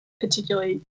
particularly